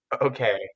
Okay